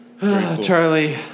Charlie